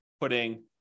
putting